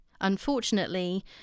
unfortunately